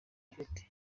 bafite